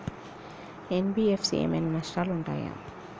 NBFC ఏమైనా నష్టాలు ఉంటయా?